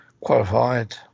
qualified